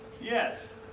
Yes